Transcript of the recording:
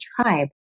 tribe